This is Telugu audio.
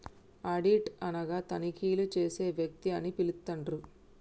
ఆడిట్ అనగా తనిఖీలు చేసే వ్యక్తి అని పిలుత్తండ్రు